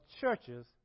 churches